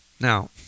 Now